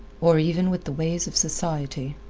or even with the ways of society.